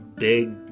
Big